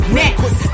next